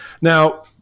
Now